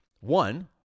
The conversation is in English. one